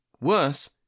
Worse